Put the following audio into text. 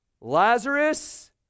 Lazarus